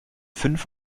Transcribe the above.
fünf